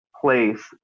place